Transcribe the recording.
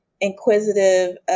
inquisitive